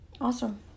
Awesome